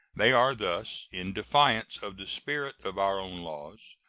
they are thus, in defiance of the spirit of our own laws,